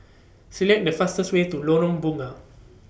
Select The fastest Way to Lorong Bunga